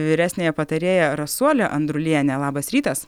vyresniąją patarėją rasuolę andrulienę labas rytas